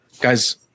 Guys